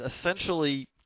essentially